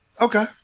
Okay